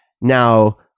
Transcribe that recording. now